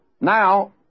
Now